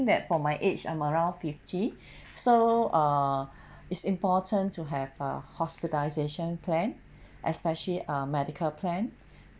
that for my age I'm around fifty so err it's important to have a hospitalization plan especially a medical plan